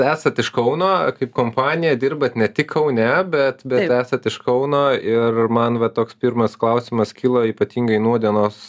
esat iš kauno kompanija dirbat ne tik kaune bet esat iš kauno ir man va toks pirmas klausimas kilo ypatingai nūdienos